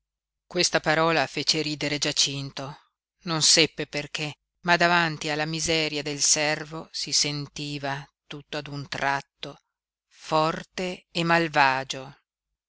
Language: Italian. questa parola fece ridere giacinto non seppe perché ma davanti alla miseria del servo si sentiva tutto ad un tratto forte e malvagio